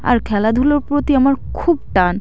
আর খেলাধুলোর প্রতি আমার খুব টান